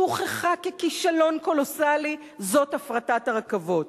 שהוכחה ככישלון קולוסלי, זאת הפרטת הרכבות.